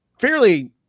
fairly